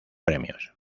premios